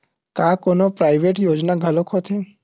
का कोनो प्राइवेट योजना घलोक होथे?